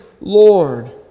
Lord